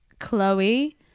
Chloe